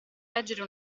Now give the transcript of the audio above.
leggere